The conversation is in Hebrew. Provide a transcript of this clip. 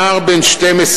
נער בן 12,